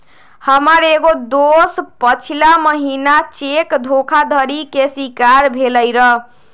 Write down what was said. हमर एगो दोस पछिला महिन्ना चेक धोखाधड़ी के शिकार भेलइ र